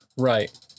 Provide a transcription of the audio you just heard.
right